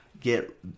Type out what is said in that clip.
get